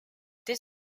this